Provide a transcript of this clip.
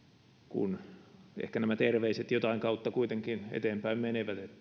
kun nämä terveiset ehkä jotain kautta kuitenkin eteenpäin menevät